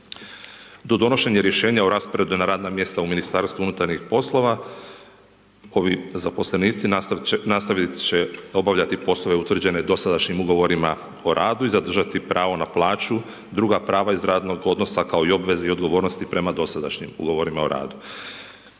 Do donošenje rješenja o rasporedu na radna mjesta u Ministarstvu unutarnjih poslova, ovi zaposlenici nastaviti će obavljati poslove utvrđene dosadašnjim ugovorima o radu i zadržati pravo na plaću, druga prava iz radnog odnosa, kao i obvezu i odgovornosti prema dosadašnjim ugovorima o radu.